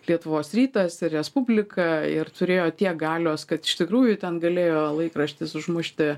lietuvos rytas respublika ir turėjo tiek galios kad iš tikrųjų ten galėjo laikraštis užmušti